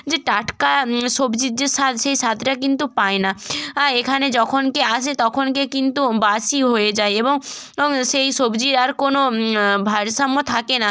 যে টাটকা সবজির যে স্বাদ সেই স্বাদটা কিন্তু পায় না এখানে যখনকে আসে তখনকে কিন্তু বাসি হয়ে যায় এবং অং সেই সবজি আর কোনও ভারসাম্য থাকে না